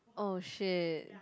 oh shit